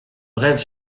brève